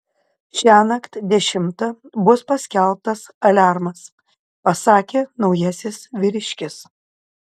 šiąnakt dešimtą bus paskelbtas aliarmas pasakė naujasis vyriškis